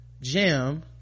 Jim